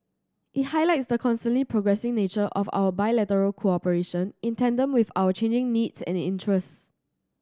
it highlights the constantly progressing nature of our bilateral cooperation in tandem with our changing needs and interests